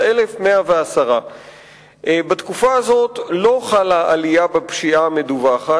15,110. בתקופה הזאת לא חלה עלייה בפשיעה המדווחת